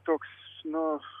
toks nu